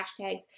hashtags